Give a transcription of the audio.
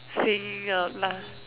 singing out lah